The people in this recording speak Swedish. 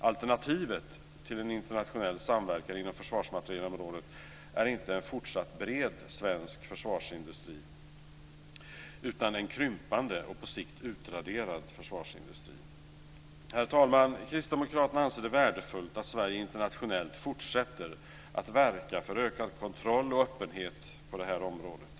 Alternativet till en internationell samverkan inom försvarsmaterielområdet är inte en fortsatt bred svensk försvarsindustri utan en krympande och på sikt utraderad försvarsindustri. Herr talman! Kristdemokraterna anser det vara värdefullt att Sverige internationellt fortsätter att verka för ökad kontroll och öppenhet på det här området.